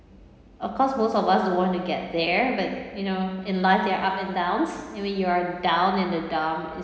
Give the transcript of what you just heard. of course most of us don't want to get there but you know in life there are up and downs and when you are down in the dump it's